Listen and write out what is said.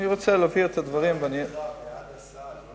אני רוצה להבהיר את הדברים, לא נגדך, בעד הסל.